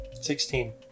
Sixteen